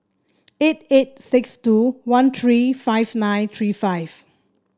eight eight six two one three five nine three five